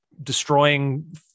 destroying